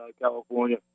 California